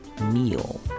Meal